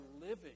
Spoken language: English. living